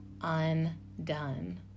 undone